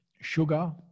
sugar